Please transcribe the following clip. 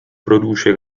produce